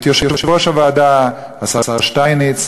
את יושב-ראש הוועדה השר שטייניץ,